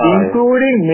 Including